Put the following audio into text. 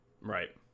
Right